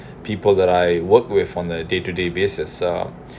people that I work with on the day to day basis uh